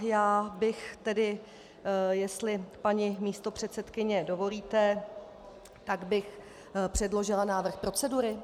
Já bych tedy, jestli, paní místopředsedkyně, dovolíte, předložila návrh procedury.